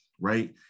right